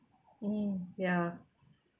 mm ya